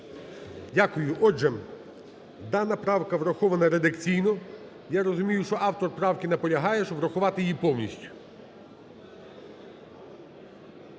Дякую. Отже, дана правка врахована редакційно. Я розумію, що автор правки наполягає, щоб врахувати її повністю.